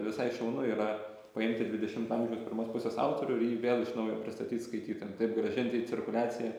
visai šaunu yra paimti dvidešimto amžiaus pirmos pusės autorių ir jį vėl iš naujo pristatyt skaitytojams taip grąžint į cirkuliaciją